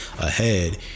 Ahead